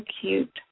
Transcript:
cute